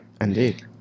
Indeed